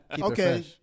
Okay